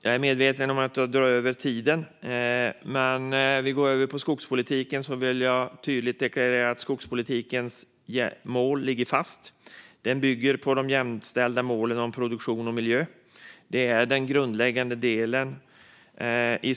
Jag är medveten om att jag drar över min talartid, men jag vill gå in på skogspolitiken och tydligt deklarera att målen ligger fast. Skogspolitiken bygger på de jämställda målen om produktion och miljö; det är den grundläggande delen.